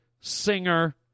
singer